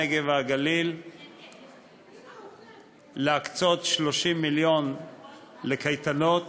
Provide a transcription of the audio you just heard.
הנגב והגליל להקצות 30 מיליון ש"ח לקייטנות